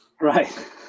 Right